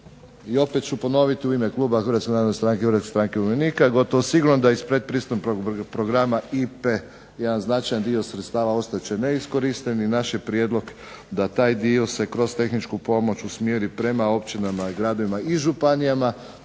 i opet ću ponoviti u ime kluba Hrvatske narodne stranke, Hrvatske stranke umirovljenika gotovo sigurno da iz predpristupnog programa IPA-e jedan značajan dio sredstava ostat će neiskorišten i naš je prijedlog da taj dio se kroz tehničku pomoć usmjeri prema općinama, gradovima i županijama